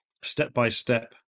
step-by-step